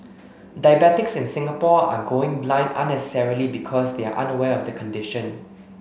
diabetics in Singapore are going blind unnecessarily because they are unaware of the condition